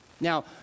Now